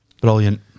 Brilliant